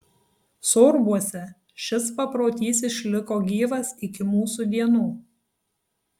sorbuose šis paprotys išliko gyvas iki mūsų dienų